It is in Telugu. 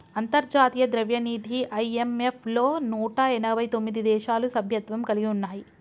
అంతర్జాతీయ ద్రవ్యనిధి ఐ.ఎం.ఎఫ్ లో నూట ఎనభై తొమ్మిది దేశాలు సభ్యత్వం కలిగి ఉన్నాయి